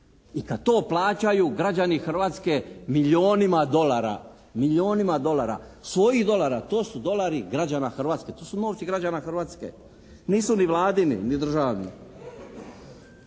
I kad to plaćaju građani Hrvatske milijunima dolara, milijunima dolara, svojih dolara to su dolara građana Hrvatske. To su novci građana Hrvatske, nisu ni Vladini ni državni.